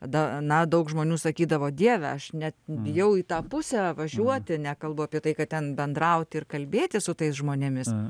da na daug žmonių sakydavo dieve aš ne bijau į tą pusę važiuoti nekalbu apie tai kad ten bendrauti ir kalbėti su tais žmonėmis